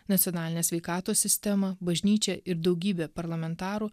nacionalinę sveikatos sistemą bažnyčią ir daugybę parlamentarų